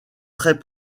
très